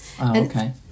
Okay